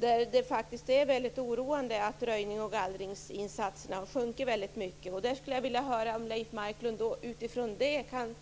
Det är faktiskt väldigt oroande att röjnings och gallringsinsatserna har minskat mycket. Jag skulle vilja höra om Leif Marklund utifrån detta faktum kan